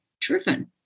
driven